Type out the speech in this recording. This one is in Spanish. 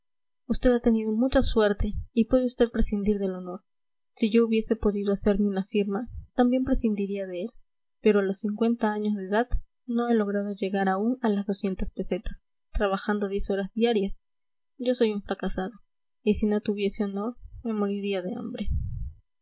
usted ha tenido mucha suerte y puede usted prescindir del honor si yo hubiese podido hacerme una firma también prescindiría de él pero a los cincuenta años de edad no he logrado llegar aún a las doscientas pesetas trabajando diez horas diarias yo soy un fracasado y si no tuviese honor me moriría de hambre